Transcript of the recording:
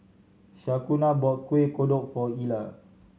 Shaquana bought Kuih Kodok for Ila